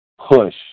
push